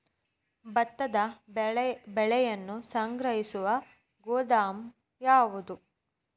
ಭತ್ತದ ಬೆಳೆಯನ್ನು ಸಂಗ್ರಹಿಸುವ ಗೋದಾಮು ಯಾವದು?